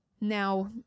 Now